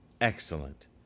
excellent